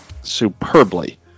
superbly